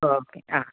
okay ആ